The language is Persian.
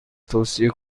توصیه